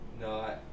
No